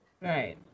Right